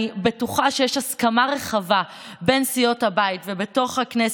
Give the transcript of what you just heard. אני בטוחה שיש הסכמה רחבה בין סיעות הבית ובתוך הכנסת,